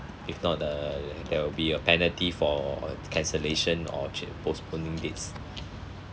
if not uh there will be a penalty for cancellation or postponing dates